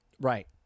Right